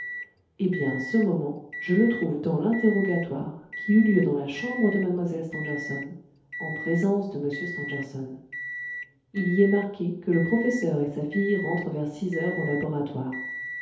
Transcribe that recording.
eh bien ce moment je le trouve dans l'interrogatoire qui eut lieu dans la chambre de mlle stangerson en présence de m stangerson il y est marqué que le professeur et sa fille rentrent vers six heures au laboratoire